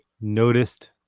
noticed